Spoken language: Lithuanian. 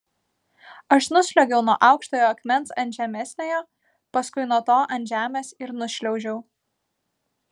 aš nusliuogiau nuo aukštojo akmens ant žemesniojo paskui nuo to ant žemės ir nušliaužiau